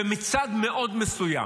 ומצד מאוד מסוים.